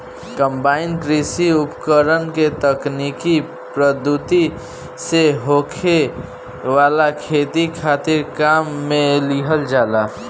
combine कृषि उपकरण के तकनीकी पद्धति से होखे वाला खेती खातिर काम में लिहल जाला